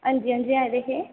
अंजी अंजी आवेओ तुस